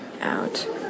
out